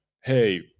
hey